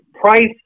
price